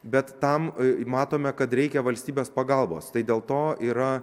bet tam matome kad reikia valstybės pagalbos tai dėl to yra